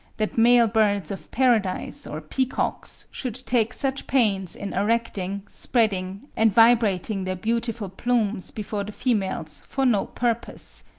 that male birds of paradise or peacocks should take such pains in erecting, spreading, and vibrating their beautiful plumes before the females for no purpose.